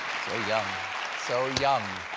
young. so young!